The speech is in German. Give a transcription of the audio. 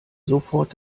sofort